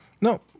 No